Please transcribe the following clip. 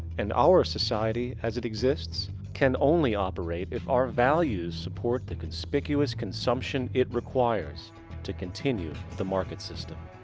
and our society, as it exists can only operate if our values support the conspicuous consumption it requires to continue the market system.